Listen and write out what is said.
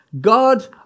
God